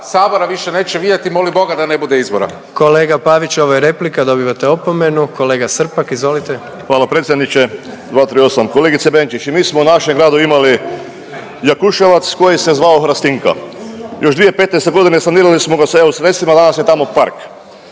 sabora više neće vidjeti, moli Boga da ne bude izbora. **Jandroković, Gordan (HDZ)** Kolega Pavić, ovo je replika, dobivate opomenu. Kolega Srpak izvolite. **Srpak, Dražen (HDZ)** Hvala predsjedniče, 238.. Kolegice Benčić, i mi smo u našem gradu imali Jakuševac koji se zvao Hrastinka. Još 2015.g. sanirali smo ga s EU sredstvima, danas je tamo park.